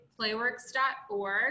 playworks.org